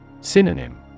Synonym